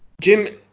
Jim